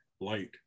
light